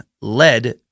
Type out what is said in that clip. led